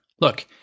Look